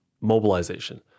mobilization